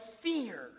fear